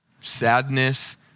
sadness